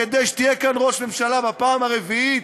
כדי שתהיה כאן ראש ממשלה בפעם הרביעית.